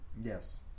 Yes